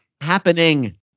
happening